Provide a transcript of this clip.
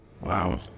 Wow